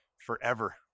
forever